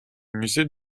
musée